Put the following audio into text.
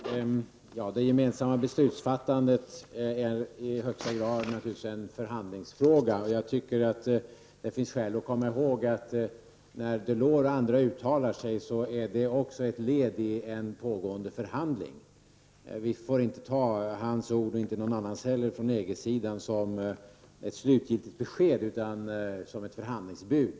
Herr talman! Det gemensamma beslutsfattandet är naturligtvis i högsta grad en förhandlingsfråga. Jag tycker att det finns skäl att komma ihåg att när Delors och andra uttalar sig, är det också ett led i en pågående förhandling. Vi får inte ta hans ord — och inte heller någon annans ord från EG sidan — som ett slutgiltigt besked, utan som ett förhandlingsbud.